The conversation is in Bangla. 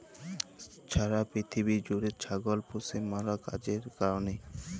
ছারা পিথিবী জ্যুইড়ে ছাগল পুষে ম্যালা কাজের কারলে